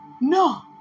No